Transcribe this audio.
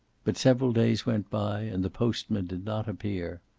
but several days went by and the postman did not appear.